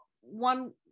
one